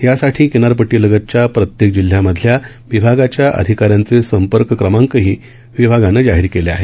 यासाठी किनारपटटीलगतच्या प्रत्येक जिल्ह्यामधल्या विभागाच्या अधिकाऱ्यांचे संपर्क क्रमांकही विभागानं जाहीर केले आहेत